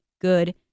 good